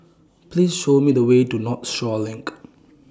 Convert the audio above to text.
Please Show Me The Way to Northshore LINK